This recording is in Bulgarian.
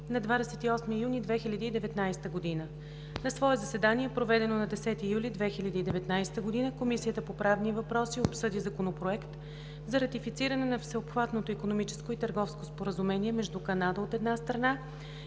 на 28 юни 2019 г. На свое заседание, проведено на 10 юли 2019 г., Комисията по правни въпроси обсъди Законопроект за ратифициране на Всеобхватното икономическо и търговско споразумение между Канада, от една страна,